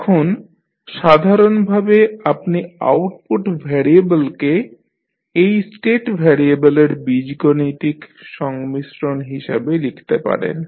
এখন সাধারণভাবে আপনি আউটপুট ভ্যারিয়েবেলকে এই স্টেট ভ্যারিয়েবলের বীজগাণিতিক সংমিশ্রন হিসাবে লিখতে পারেন